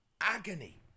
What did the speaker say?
agony